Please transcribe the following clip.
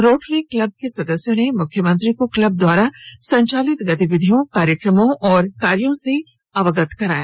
rotary club के सदस्यों ने मुख्यमंत्री को क्लब द्वारा संचालित गतिविधियों कार्यक्रमों और कार्यों से अवगत कराया